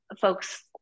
folks